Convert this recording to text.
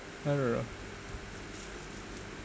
I don't know